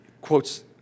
quotes